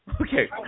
Okay